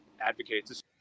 advocates